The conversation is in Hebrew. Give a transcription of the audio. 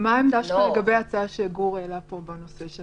מה העמדה שלך לגבי ההצעה שהעלה גור, בנושא של